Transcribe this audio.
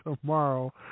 Tomorrow